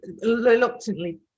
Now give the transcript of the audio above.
reluctantly